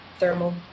Thermal